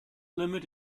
limit